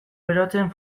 berotzen